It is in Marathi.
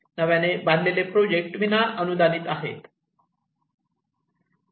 नव्याने बांधलेले प्रोजेक्ट विनाअनुदानित आहेत